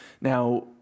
Now